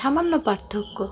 সামান্য পার্থক্য